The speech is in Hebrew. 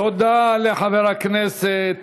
תודה לחבר הכנסת